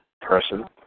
person